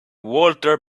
walter